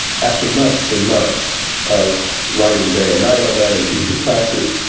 after months and months of writing day and night on that and teaching classes,